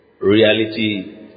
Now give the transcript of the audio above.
reality